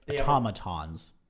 Automatons